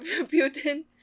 Putin